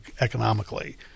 economically